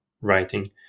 writing